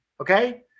Okay